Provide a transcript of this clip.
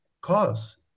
cause